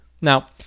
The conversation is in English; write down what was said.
Now